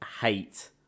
hate